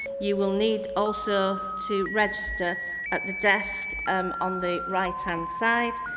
you will need also to register at the desk um on the right-hand side,